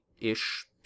ish